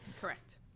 correct